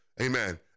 Amen